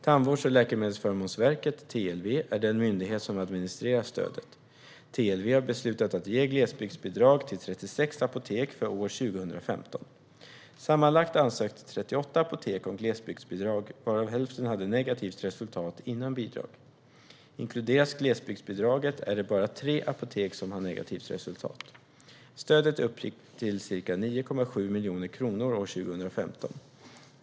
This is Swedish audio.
Tandvårds och läkemedelsförmånsverket, TLV, är den myndighet som administrerar stödet. TLV har beslutat att ge glesbygdsbidrag till 36 apotek för år 2015. Sammanlagt ansökte 38 apotek om glesbygdsbidrag, varav hälften hade negativt resultat före bidrag. Inkluderas glesbygdsbidraget är det bara tre apotek som har negativt resultat. Stödet uppgick till ca 9,7 miljoner kronor år 2015.